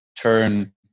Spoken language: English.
turn